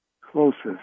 closest